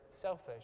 selfish